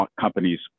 companies